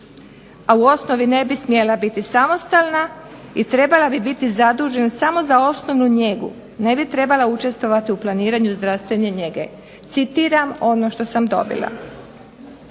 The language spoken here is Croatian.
a u osnovi ne bi smjela biti samostalna i trebala bi biti zadužena samo za osnovnu njegu, ne bi trebala učestvovati u planiranju zdravstvene njege, citiram ono što sam dobila.